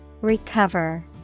Recover